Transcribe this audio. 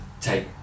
take